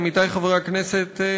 עמיתי חברי הכנסת,